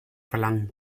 verlangen